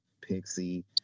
Pixie